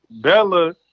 Bella